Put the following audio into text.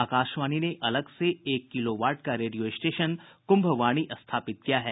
आकाशवाणी ने अलग से एक किलोवाट का रेडियो स्टेशन कुम्भवाणी स्थापित किया है